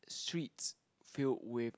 suites filled with